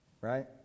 Right